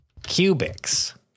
Cubics